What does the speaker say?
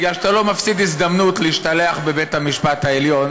כי אתה לא מפסיד הזדמנות להשתלח בבית המשפט העליון,